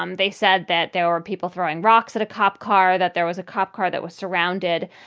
um they said that there are people throwing rocks at a cop car, that there was a cop car that was surrounded.